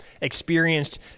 experienced